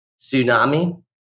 tsunami